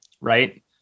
right